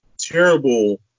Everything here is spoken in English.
terrible